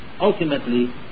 ultimately